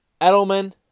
Edelman